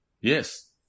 Yes